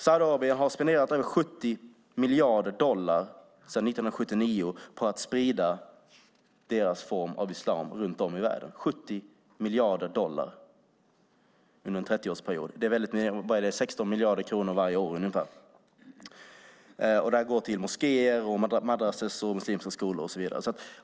Saudiarabien har spenderat över 70 miljarder dollar sedan 1979 på att sprida sin form av islam runt om i världen. 70 miljarder dollar under en 30-årsperiod är ungefär 16 miljarder kronor varje år. Det här går till moskéer, madrassor, muslimska skolor och så vidare.